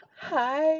Hi